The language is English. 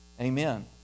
Amen